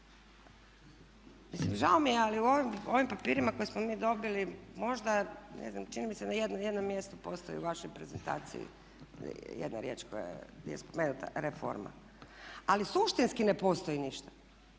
mislim žao mi je ali u ovim papirima koje smo mi dobili možda, ne znam čini mi se na jednom mjestu postoji u vašoj prezentaciji jedna riječ gdje je spomenuta reforma. Ali suštinski ne postoji ništa.